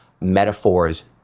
metaphors